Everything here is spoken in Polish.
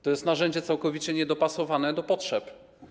To jest narzędzie całkowicie niedopasowane do potrzeb.